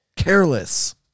Careless